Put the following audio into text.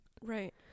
Right